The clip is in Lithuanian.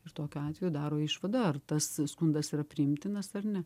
ir tokiu atveju daro išvadą ar tas skundas yra priimtinas ar ne